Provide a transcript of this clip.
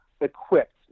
equipped